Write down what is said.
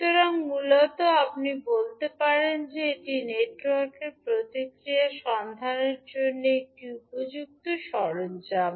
সুতরাং মূলত আপনি বলতে পারেন যে এটি নেটওয়ার্কের প্রতিক্রিয়া সন্ধানের জন্য একটি উপযুক্ত সরঞ্জাম